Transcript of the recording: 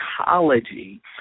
psychology